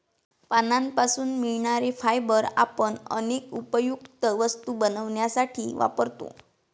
पानांपासून मिळणारे फायबर आपण अनेक उपयुक्त वस्तू बनवण्यासाठी वापरतो